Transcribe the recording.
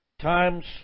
times